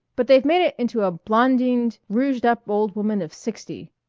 but they've made it into a blondined, rouged-up old woman of sixty.